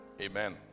Amen